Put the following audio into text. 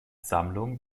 sammlung